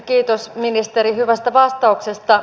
kiitos ministeri hyvästä vastauksesta